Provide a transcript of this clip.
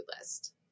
list